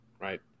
right